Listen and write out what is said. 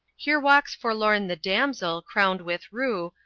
here walks forlorn the damsel, crowned with rue,